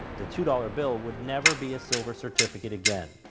the two dollars bill would never be a silver certificate again.